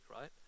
Right